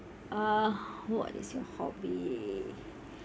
uh what is your hobby